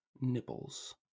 nipples